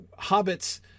hobbits